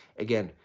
again,